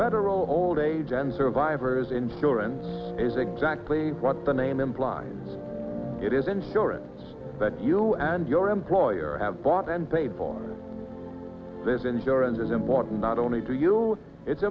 are old age and survivors insurance is exactly what the name blind it is insurance that you and your employer have bought and paid for this insurance is important not only to you it's